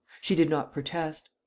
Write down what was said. she did not protest.